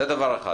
זה דבר אחד.